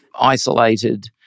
isolated